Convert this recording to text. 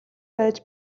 байж